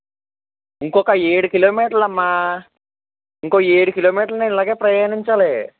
ఇంకొక ఏడు కిలోమీటర్లు అమ్మా ఇంకొక ఏడు కిలోమీటర్లు నేను ఇలాగే ప్రయాణించాలి